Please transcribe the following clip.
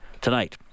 tonight